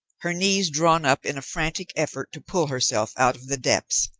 her knees drawn up in a frantic effort to pull herself out of the depths,